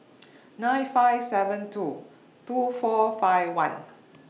nine five seven two two four five one